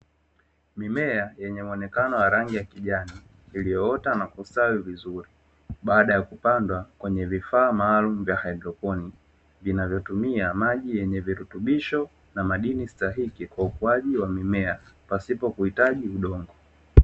Mimea yenye muonekano wa rangi ya kijani iliyoota na kustawi vizuri baada ya kupandwa kwenye vifaa maalumu vya haidrponi, vinavyotumia maji yenye virutubisho na madini stahiki kwa ukuaji wa mimea pasipo kuhitaji udongo.